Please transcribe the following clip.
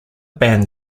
band